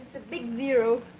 a big zero